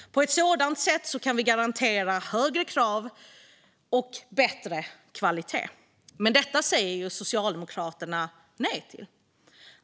På ett sådant sätt kan vi garantera högre krav och bättre kvalitet. Men detta säger Socialdemokraterna nej till.